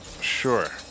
Sure